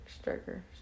Striker